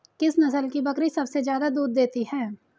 किस नस्ल की बकरी सबसे ज्यादा दूध देती है?